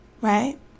right